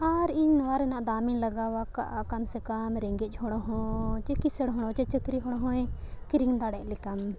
ᱟᱨ ᱤᱧ ᱱᱚᱣᱟ ᱨᱮᱱᱟᱜ ᱫᱟᱢᱤᱧ ᱞᱟᱜᱟᱣ ᱟᱠᱟᱫᱼᱟ ᱠᱟᱢ ᱥᱮ ᱠᱚᱢ ᱨᱮᱸᱜᱮᱡ ᱦᱚᱲ ᱦᱚᱸ ᱪᱮ ᱠᱤᱥᱟᱹᱬ ᱦᱚᱲ ᱦᱚᱸ ᱪᱮᱫ ᱪᱟᱹᱠᱨᱤ ᱦᱚᱲ ᱦᱚᱸᱭ ᱠᱤᱨᱤᱧ ᱫᱟᱲᱮᱭᱟᱜ ᱞᱮᱠᱟᱱ